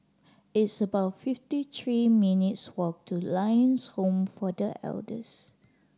it's about fifty three minutes' walk to Lions Home for The Elders